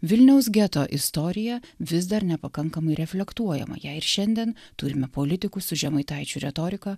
vilniaus geto istorija vis dar nepakankamai reflektuojama jei ir šiandien turime politikų su žemaitaičių retorika